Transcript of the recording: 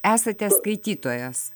esate skaitytojas